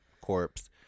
corpse